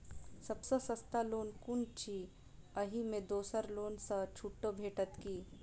सब सँ सस्ता लोन कुन अछि अहि मे दोसर लोन सँ छुटो भेटत की?